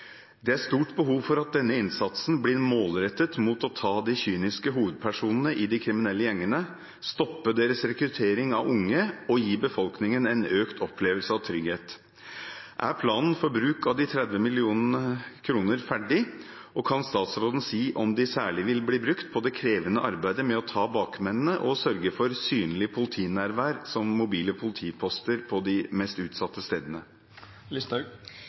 Det er stort behov for at denne innsatsen blir målrettet mot å ta de kyniske hovedpersonene i de kriminelle gjengene, stoppe deres rekruttering av unge og gi befolkningen en økt opplevelse av trygghet. Er planen for bruk av de 30 millioner kronene ferdig, og kan statsråden si om de særlig vil bli brukt på det krevende arbeidet med å ta bakmennene og å sørge for synlig politinærvær, som mobile politiposter på de mest utsatte stedene?»